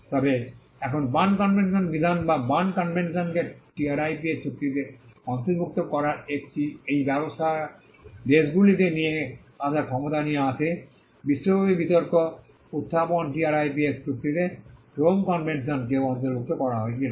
তবে এখন Berne convention বিধান বা বার্ন কনভেনশনকে টিআরআইপিএস চুক্তিতে অন্তর্ভুক্ত করার এই ব্যবস্থা দেশগুলিতে নিয়ে আসার ক্ষমতা নিয়ে আসে বিশ্বব্যাপী বিতর্ক উত্থাপন টিআরআইপিএস চুক্তিতে রোম কনভেনশনকেও অন্তর্ভুক্ত করা হয়েছিল